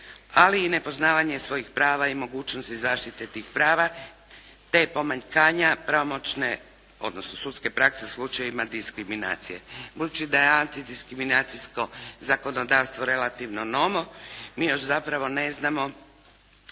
ali i nepoznavanja svojih prava i mogućnosti zaštite tih prava te pomanjkanja pravomoćne odnosno sudske prakse u slučajevima diskriminacije. Budući da je antidiskriminacijsko zakonodavstvo relativno novo, mi još zapravo ne znamo